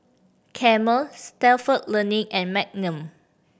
Camel Stalford Learning and Magnum